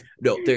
No